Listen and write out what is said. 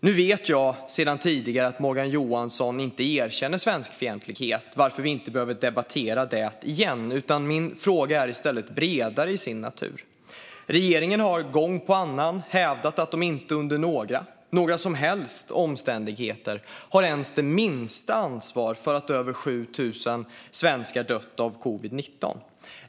Nu vet jag sedan tidigare att Morgan Johansson inte erkänner svenskfientlighet, varför vi inte behöver debattera det igen, utan min fråga är i stället bredare till sin natur. Regeringen har gång efter annan hävdat att man inte under några som helst omständigheter har ens det minsta ansvar för att över 7 000 svenskar har dött av covid-19.